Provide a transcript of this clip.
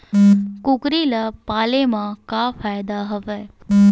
कुकरी ल पाले म का फ़ायदा हवय?